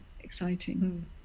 exciting